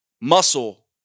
muscle